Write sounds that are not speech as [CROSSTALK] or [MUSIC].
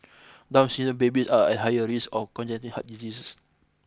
Down syndrome babies are at higher risk of [UNINTELLIGIBLE] heart diseases